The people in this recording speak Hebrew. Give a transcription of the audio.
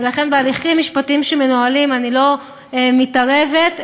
ובהליכים משפטיים שמנוהלים אני לא מתערבת,